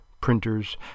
printers